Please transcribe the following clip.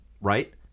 Right